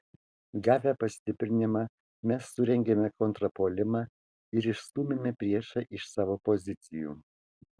gavę pastiprinimą mes surengėme kontrpuolimą ir išstūmėme priešą iš savo pozicijų